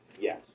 yes